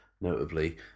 notably